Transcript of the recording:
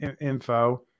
info